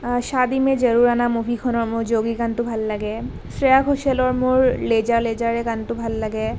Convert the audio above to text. ছাদি মে জৰুৰ আনা মভিখনৰ মোৰ জৌগি গানটো ভাল লাগে শ্ৰেয়া ঘোছলৰ মোৰ লেজা লেজা গানটো ভাল লাগে